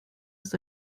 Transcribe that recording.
ist